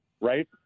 right